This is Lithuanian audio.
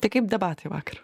tai kaip debatai vakar